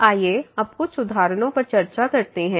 आइए अब कुछ उदाहरणों पर चर्चा करते हैं